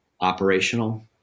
operational